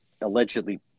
allegedly